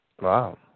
Wow